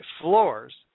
floors